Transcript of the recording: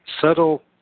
subtle